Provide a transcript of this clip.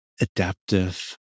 adaptive